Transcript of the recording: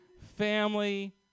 Family